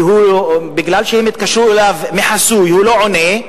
ומכיוון שהם מתקשרים אליו ממספר חסוי הוא לא עונה,